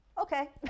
Okay